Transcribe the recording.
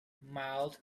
mild